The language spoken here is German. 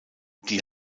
die